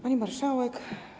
Pani Marszałek!